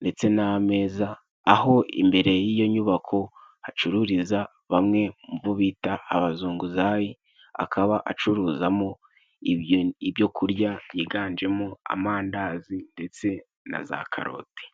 ndetse n'ameza， aho imbere y'iyo nyubako hacururiza bamwe bo bita abazunguzayi， akaba acuruzamo ibyo kurya byiganjemo amandazi ndetse na za karoti.